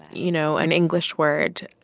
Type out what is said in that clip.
you know, an english word.